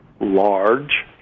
large